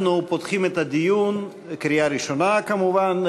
אנחנו פותחים את הדיון, לקריאה ראשונה, כמובן.